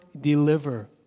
deliver